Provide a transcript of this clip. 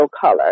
Color